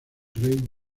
rey